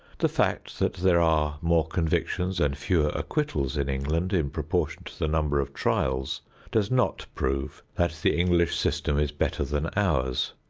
the fact that there are more convictions and fewer acquittals in england in proportion to the number of trials does not prove that the english system is better than ours.